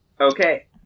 Okay